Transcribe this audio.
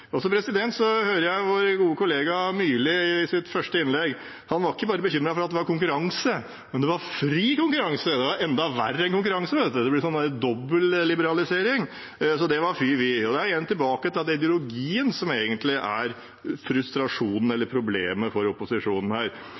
gode kollega Myrli i sitt første innlegg ikke bare var bekymret for konkurranse, men for fri konkurranse, som var enda verre enn konkurranse. Det blir en dobbel liberalisering, så det er fy-fy. Og da er vi tilbake ved at det egentlig er ideologien som er frustrasjonen eller problemet for opposisjonen her.